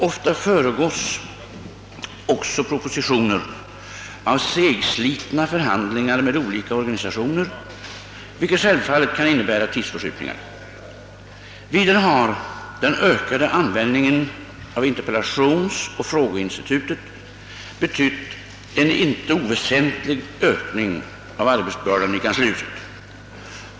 Ofta föregås också propositionerna av segslitna förhandlingar med olika organisationer, vilket självfallet kan innebära tidsförskjutningar. Vidare har den ökade användningen av interpellationsoch frågeinstituten betytt en inte oväsentlig ökning av arbetsbördan i kanslihuset.